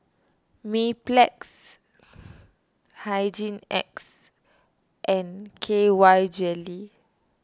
Mepilex Hygin X and K Y Jelly